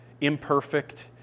imperfect